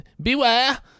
Beware